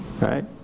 right